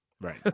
Right